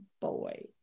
boy